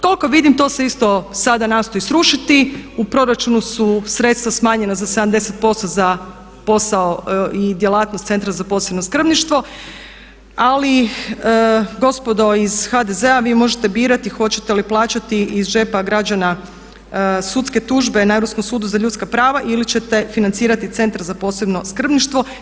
Koliko vidim to se isto sada nastoji srušiti, u proračunu su sredstva smanjena za 70% za posao i djelatnost Centra za posebno skrbništvo ali gospodo iz HDZ-a vi možete birati hoćete li plaćati iz džepa građana sudske tužbe na Europskom sudu za ljudska prava ili ćete financirati Centar za posebno skrbništvo.